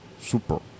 Super